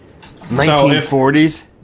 1940s